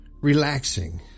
relaxing